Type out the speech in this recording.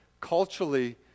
culturally